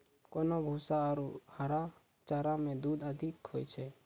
कोन भूसा आरु हरा चारा मे दूध अधिक होय छै?